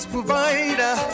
Provider